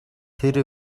тэр